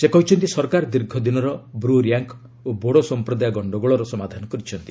ସେ କହିଛନ୍ତି ସରକାର ଦୀର୍ଘ ଦିନର ବ୍ର ରିଆଙ୍ଗ୍ ଓ ବୋଡୋ ସମ୍ପ୍ରଦାୟ ଗଣ୍ଡଗୋଳର ସମାଧାନ କରିଛନ୍ତି